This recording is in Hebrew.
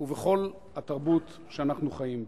ובכל התרבות שאנחנו חיים בה.